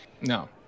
No